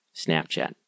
Snapchat